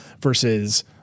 versus